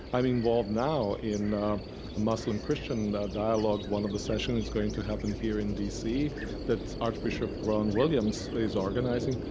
i'm involved now in a muslim christian dialogue. one of the sessions is going to happen here in dc that archbishop rowan williams is organizing,